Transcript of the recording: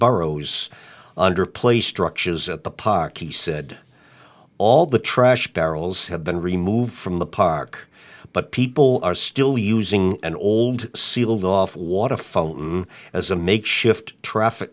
burrows under play structures at the park he said all the trash barrels have been removed from the park but people are still using an old sealed off water foam as a makeshift traffic